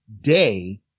day